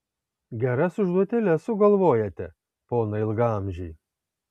geras užduotėles sugalvojate ponai ilgaamžiai